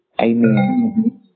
Amen